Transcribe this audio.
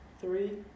three